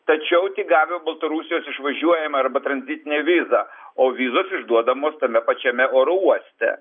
tačiau tik gavę baltarusijos išvažiuojamą arba tranzitinę vizą o vizos išduodamos tame pačiame oro uoste